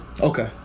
Okay